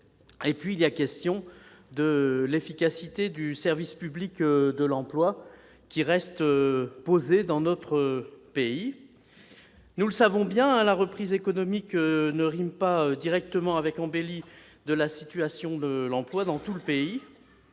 préoccupe. La question de l'efficacité du service public de l'emploi reste posée dans notre pays. Nous le savons bien, reprise économique ne rime pas avec embellie de la situation de l'emploi dans tout le pays,